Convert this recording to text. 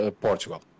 Portugal